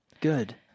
Good